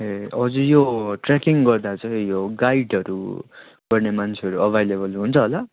ए हजुर यो ट्रेकिङ गर्दा चाहिँ यो गाइडहरू गर्ने मान्छेहरू अभाइलेबल हुन्छ होला